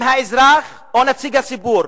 אם האזרח או נציג הציבור,